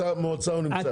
מועצה הוא נמצא.